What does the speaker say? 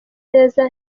neza